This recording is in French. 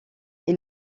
est